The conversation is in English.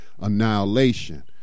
annihilation